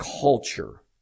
culture